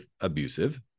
abusive